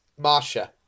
Marsha